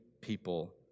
people